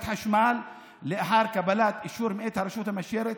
חשמל לאחר קבלת אישור מאת הרשות המאשרת,